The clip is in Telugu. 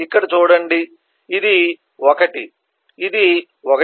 ఇక్కడ చూడండి ఇది 1 ఇది 1